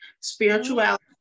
Spirituality